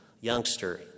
youngster